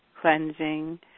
cleansing